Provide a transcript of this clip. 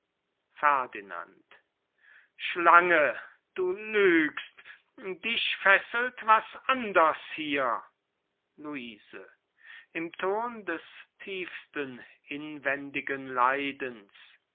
ferdinand schlange du lügst dich fesselt was anders hier luise im ton des tiefsten inwendigen leidens